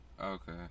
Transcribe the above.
Okay